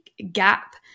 gap